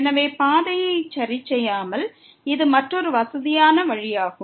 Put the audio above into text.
எனவே பாதையை சரிசெய்யாமல் இது மற்றொரு வசதியான வழியாகும்